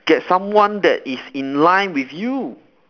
get someone that is in line with you